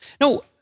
No